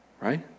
Right